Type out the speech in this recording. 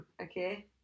okay